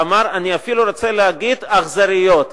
אני אפילו רוצה להגיד: אכזריות.